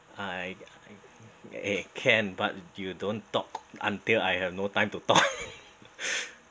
I think it can but you don't talk until I have no time to talk